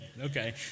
okay